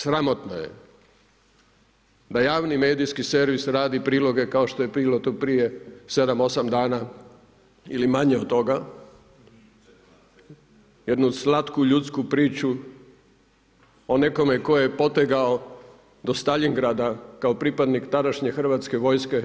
Sramotno je da javni medijski servis radi priloge kao što je bilo tu prije 7, 8 dana ili manje od toga jednu slatku ljudsku priču o nekome tko je potegao do Staljingrada kao pripadnik tadašnje hrvatske vojske